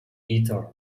guitar